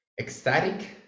ecstatic